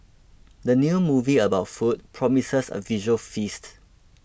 the new movie about food promises a visual feast